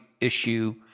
issue